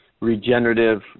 regenerative